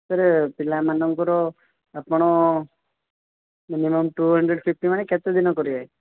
sir ପିଲାମାନଙ୍କର ଆପଣ minimum two hundred fifty ମାନେ କେତେ ଦିନ କରିବେ